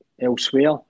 elsewhere